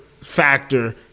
factor